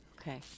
Okay